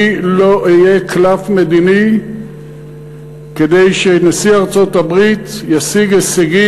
אני לא אהיה קלף מדיני כדי שנשיא ארצות-הברית ישיג הישגים,